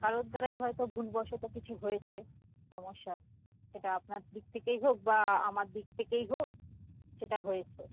কারোর দ্বারাই হয়তো ভুলবশত কিছু হয়েছে সমস্যা সেটা আপনার দিক থেকেই হোক বা আমার দিক থেকেই হোক সেটা হয়েছে